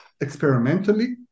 experimentally